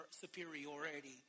superiority